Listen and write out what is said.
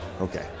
Okay